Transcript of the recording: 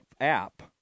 app